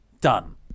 Done